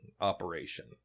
operation